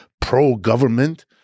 pro-government